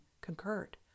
concurred